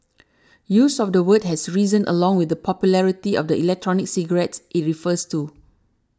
use of the word has risen along with the popularity of the electronic cigarettes it refers to